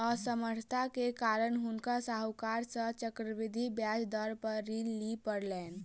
असमर्थता के कारण हुनका साहूकार सॅ चक्रवृद्धि ब्याज दर पर ऋण लिअ पड़लैन